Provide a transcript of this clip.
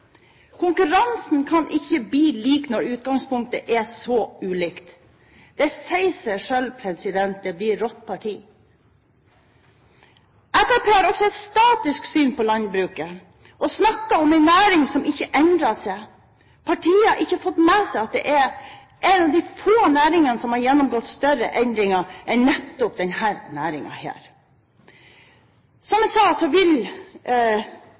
Konkurransen kan ikke bli lik når utgangspunktet er så ulikt. Det sier seg selv – det blir rått parti! Fremskrittspartiet har også et statisk syn på landbruket, og snakker om en næring som ikke endrer seg. Partiet har ikke fått med seg at det er få næringer som har gjennomgått større endringer enn nettopp denne næringen. Som jeg sa, vil Fremskrittspartiet slippe bøndene fri. Men det virker faktisk som de vil